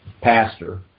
pastor